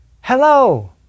Hello